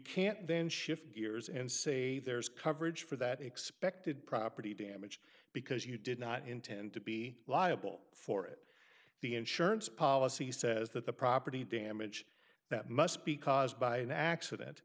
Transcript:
can't then shift gears and say there's coverage for that expected property damage because you did not intend to be liable for it the insurance policy says that the property damage that must be caused by an accident